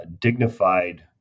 dignified